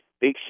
Big